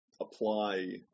apply